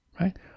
right